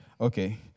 Okay